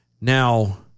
Now